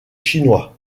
chinois